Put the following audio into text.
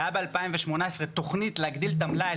הייתה ב-2018 תכנית להגדיל את המלאי,